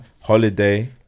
Holiday